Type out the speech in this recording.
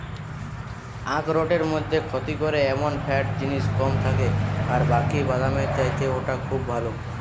আখরোটের মধ্যে ক্ষতি করে এমন ফ্যাট জিনিস কম থাকে আর বাকি বাদামের চাইতে ওটা খুব ভালো